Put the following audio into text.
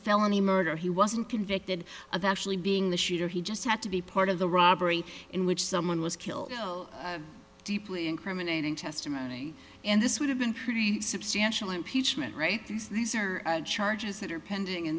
felony murder he wasn't convicted of actually being the shooter he just had to be part of the robbery in which someone was killed deeply incriminating testimony in this would have been pretty substantial impeachment right these these are charges that are pending in